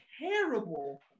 terrible